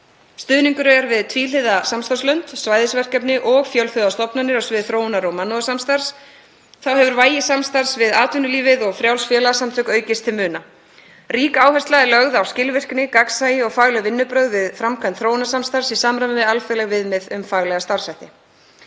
Stuðningur er við tvíhliða samstarfslönd, svæðisverkefni og fjölþjóðastofnanir á sviði þróunar- og mannúðarsamstarfs. Þá hefur vægi samstarfs við atvinnulífið og frjáls félagasamtök aukist til muna. Rík áhersla er lögð á skilvirkni, gagnsæi og fagleg vinnubrögð við framkvæmd þróunarsamstarfs í samræmi við alþjóðleg viðmið um faglega starfshætti.